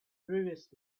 previous